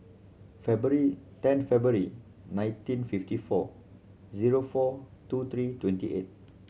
February ten February nineteen fifty four zero four two three twenty eight